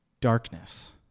darkness